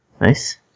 Nice